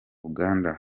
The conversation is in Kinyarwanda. uganda